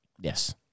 Yes